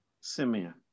Simeon